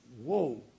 Whoa